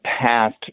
past